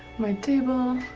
my table,